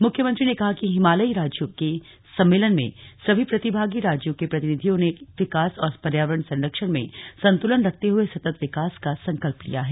मुख्यमंत्री ने कहा कि हिमालयी राज्यों के सम्मेलन में सभी प्रतिभागी राज्यों के प्रतिनिधियों ने विकास और पर्यावरण संरक्षण में संतुलन रखते हुए सतत् विकास का संकल्प लिया है